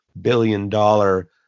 billion-dollar